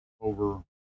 over